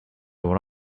what